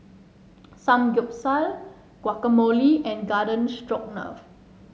Samgeyopsal Guacamole and Garden Stroganoff